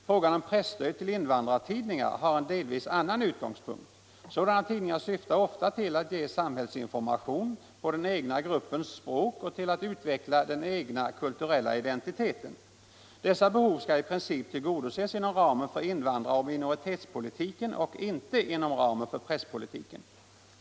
Frågan om presstöd till invandrartidningar har en delvis annan utgångspunkt. Sådana tidningar syftar ofta till att ge samhällsinformation på den egna gruppens språk och till att utveckla den egna kulturella identiteten. Dessa behov skall i princip tillgodoses inom ramen för invandrar och minoritetspolitiken och inte inom ramen för presspolitiken.